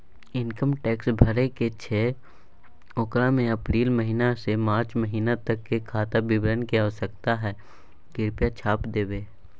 Income tax भरय के छै ओकरा में अप्रैल महिना से मार्च महिना तक के खाता विवरण के आवश्यकता हय कृप्या छाय्प देबै?